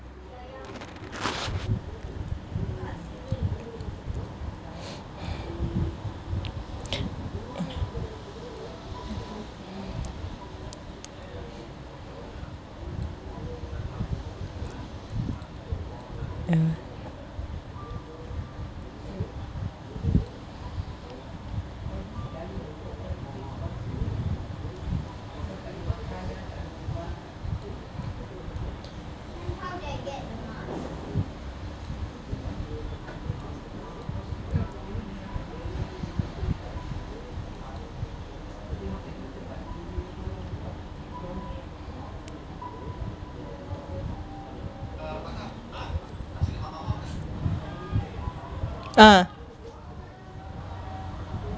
uh uh